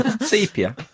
Sepia